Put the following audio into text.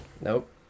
Nope